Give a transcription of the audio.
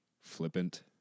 flippant